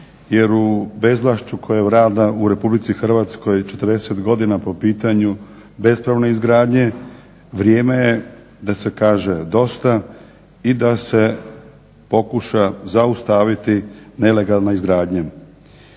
jer u bezvlašću koje vlada u RH 40 godina po pitanju bespravne izgradnje vrijeme je da se kaže dosta i da se pokuša zaustaviti nelegalna izgradnja.